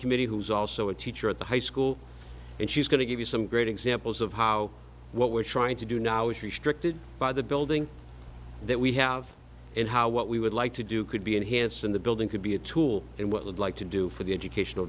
committee who's also a teacher at the high school and she's going to give you some great examples of how what we're trying to do now is restricted by the building that we have and how what we would like to do could be enhanced in the building could be a tool and what we'd like to do for the educational